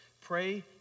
Pray